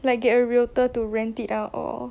like get a realtor to rent it out or